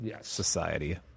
society